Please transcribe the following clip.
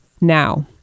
Now